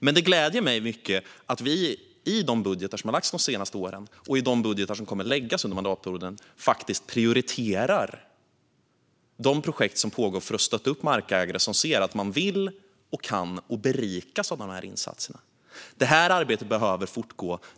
Men det gläder mig mycket att vi i de budgetar som har lagts fram de senaste åren och i de budgetar som kommer att läggas fram under mandatperioden prioriterar de projekt som pågår för att stödja markägare som berikas av dessa insatser. Detta arbete behöver fortgå.